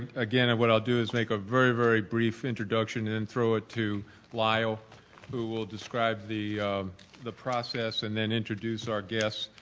again, and what i'll do is make a very, very brief introduction and throw it to lyle who will describe the the process and then introduce our guest